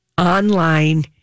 online